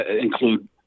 include